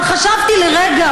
אבל חשבתי לרגע,